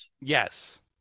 Yes